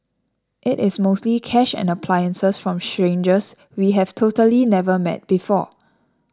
it is mostly cash and appliances from strangers we have totally never met before